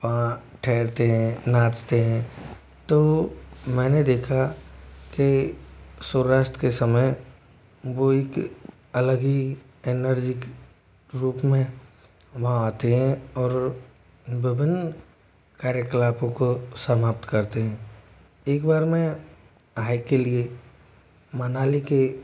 वहाँ ठहरतें हैं नाचते हैं तो मैंने देखा कि सूर्यास्त के समय वह एक अलग ही एनर्जी के रूप में वहाँ आते हैं और विभिन्न क्रियाकलापों को समाप्त करते हैं एक बार में हाइक के लिए मनाली के